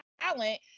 talent